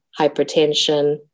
hypertension